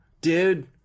dude